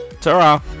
Ta-ra